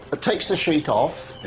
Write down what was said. takes the sheet off,